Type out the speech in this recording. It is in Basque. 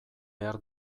behar